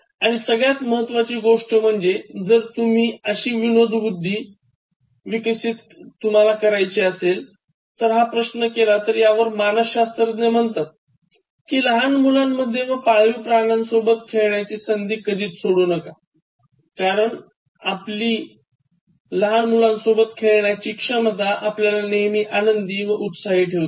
आणि सगळ्यात महत्वाची गोष्ट म्हणजे जर तुम्ही अशी विनोदबुद्धी कशी विकसित करायची हा प्रश्न केला तर यावर मानसशास्त्रज्ञ म्हणतात कीलहान मुलांसोबत व पाळीव प्राण्यांसोबत खेळण्याची संधी कधीच सोडू नका कारण आपली लहान मुलांसोबत खेळण्याची क्षमता आपल्याला नेहमी आनंदी व उत्साही ठेवते